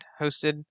hosted